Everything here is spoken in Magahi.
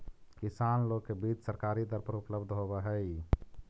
किसान लोग के बीज सरकारी दर पर उपलब्ध होवऽ हई